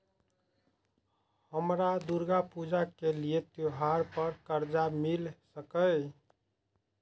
हमरा दुर्गा पूजा के लिए त्योहार पर कर्जा मिल सकय?